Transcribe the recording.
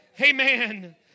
Amen